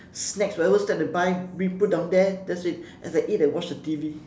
snacks whatever snack I buy maybe put down there that's it as I eat and watch the T_V